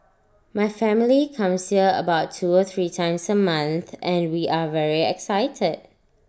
my family comes here about two or three times A month and we are very excited